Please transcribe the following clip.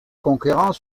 conquérant